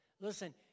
Listen